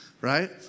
Right